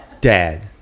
dad